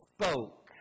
spoke